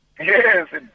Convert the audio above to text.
Yes